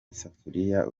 isafuriya